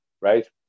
right